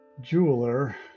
jeweler